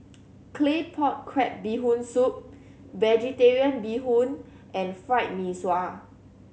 Claypot Crab Bee Hoon Soup Vegetarian Bee Hoon and Fried Mee Sua